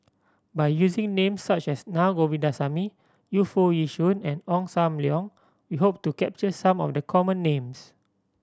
by using names such as Naa Govindasamy Yu Foo Yee Shoon and Ong Sam Leong we hope to capture some of the common names